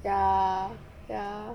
ya ya